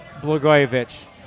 Blagojevich